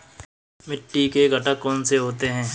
मिट्टी के घटक कौन से होते हैं?